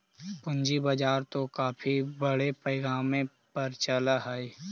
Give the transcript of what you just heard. पूंजी बाजार तो काफी बड़े पैमाने पर चलअ हई